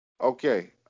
okay